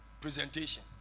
presentation